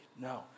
No